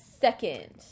second